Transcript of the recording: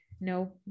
no